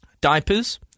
diapers